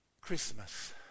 Christmas